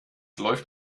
läuft